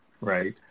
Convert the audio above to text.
right